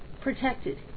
protected